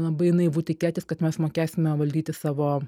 labai naivu tikėtis kad mes mokėsime valdyti savo